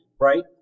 right